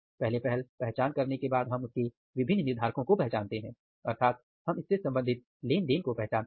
फिर हम उसके विभिन्न निर्धारकों को पहचानते हैं अर्थात हम इससे संबंधित लेनदेन को पहचानते हैं